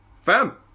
Fam